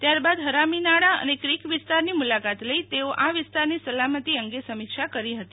ત્યારબાદ હરામીનાળા અને ક્રિક વિસ્તારની મુલાકાત લઇ તેઓ આ વિસ્તારની સલામતિ અંગે સમીક્ષા કરશે